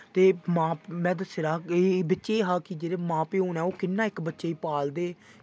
ते मैं दस्से दा बिच्च एह् हा कि जेह्ड़े मां प्यो नै कि'यां ओह् इक बच्चे गी पालदे